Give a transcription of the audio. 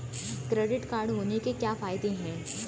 Credit card होने के क्या फायदे हैं?